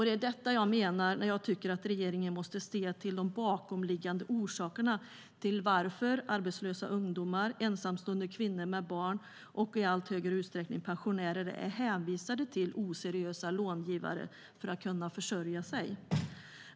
Det är detta jag menar när jag tycker att regeringen måste se till de bakomliggande orsakerna till att arbetslösa ungdomar, ensamstående kvinnor med barn och i allt högre utsträckning pensionärer är hänvisade till oseriösa långivare för att kunna försörja sig.